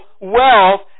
wealth